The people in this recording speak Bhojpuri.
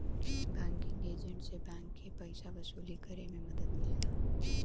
बैंकिंग एजेंट से बैंक के पइसा वसूली करे में मदद मिलेला